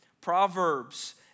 Proverbs